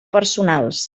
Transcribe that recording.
personals